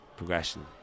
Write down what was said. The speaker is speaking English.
Progression